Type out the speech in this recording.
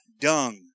dung